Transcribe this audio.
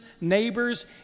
neighbors